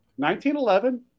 1911